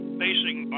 facing